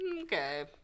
Okay